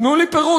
תנו לי פירוט,